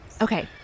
Okay